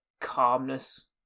calmness